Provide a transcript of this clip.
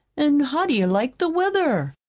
an' how do you like the weather?